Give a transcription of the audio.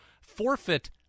forfeit